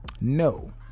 No